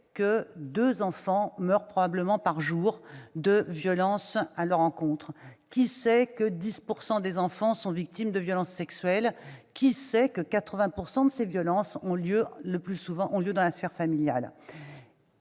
que deux enfants meurent probablement chaque jour de violences à leur encontre ? Qui sait que 10 % des enfants sont victimes de violences sexuelles ? Qui sait que 80 % de ces violences ont lieu dans la sphère familiale ?